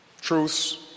truths